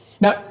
Now